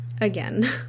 again